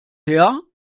her